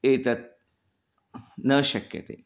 एतत् न शक्यते